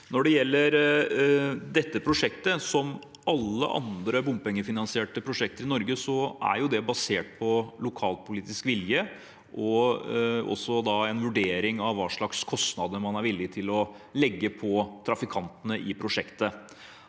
Når det gjelder dette prosjektet, som alle andre bompengefinansierte prosjekter i Norge, er det basert på lokalpolitisk vilje og også en vurdering av hva slags kostnader man er villig til å legge på trafikantene i prosjektet.